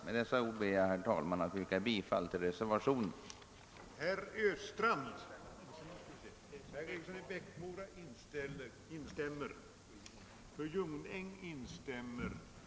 Med dessa ord ber jag, herr talman, att få yrka bifall till reservationen 1.